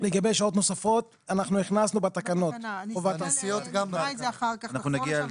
עלות דמי ביטוח לאומי